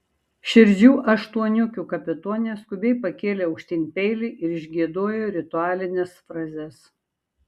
širdžių aštuoniukių kapitonė skubiai pakėlė aukštyn peilį ir išgiedojo ritualines frazes